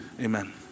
Amen